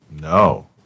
No